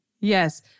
Yes